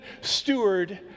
steward